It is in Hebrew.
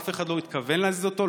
אף אחד לא מתכוון להזיז אותו,